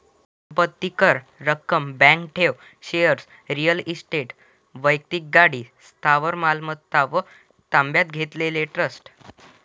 संपत्ती कर, रक्कम, बँक ठेव, शेअर्स, रिअल इस्टेट, वैक्तिक गाडी, स्थावर मालमत्ता व ताब्यात घेतलेले ट्रस्ट